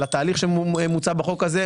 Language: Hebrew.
על התהליך שמוצע בחוק הזה,